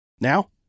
now